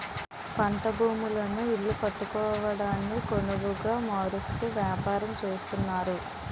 పంట భూములను ఇల్లు కట్టుకోవడానికొనవుగా మారుస్తూ వ్యాపారం చేస్తున్నారు